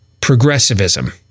progressivism